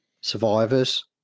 Survivors